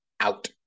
out